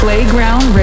Playground